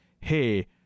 hey